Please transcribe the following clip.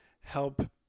help